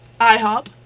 IHOP